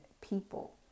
people